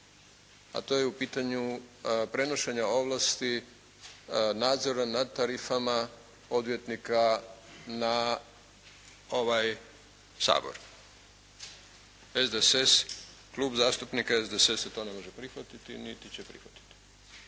a to je u pitanju prenošenja ovlasti nadzora nad tarifama odvjetnika na ovaj Sabor. SDSS-a, Klub zastupnika SDSS-a to ne može prihvatiti niti će prihvatiti.